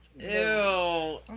Ew